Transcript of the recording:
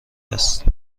است